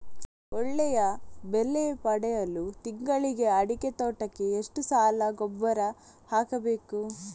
ಒಳ್ಳೆಯ ಬೆಲೆ ಪಡೆಯಲು ತಿಂಗಳಲ್ಲಿ ಅಡಿಕೆ ತೋಟಕ್ಕೆ ಎಷ್ಟು ಸಲ ಗೊಬ್ಬರ ಹಾಕಬೇಕು?